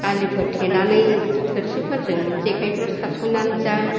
आलिफोर थेनानै थोरसिफोरजों जेखायफोराव सारस'ननानै जा